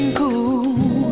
cool